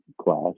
class